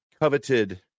coveted